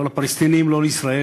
לא לפלסטינים ולא לישראל.